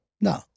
No